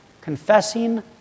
confessing